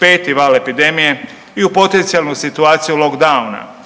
5 val epidemije i u potencijalnu situaciju lockdowna